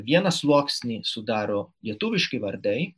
vieną sluoksnį sudaro lietuviški vardai